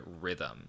rhythm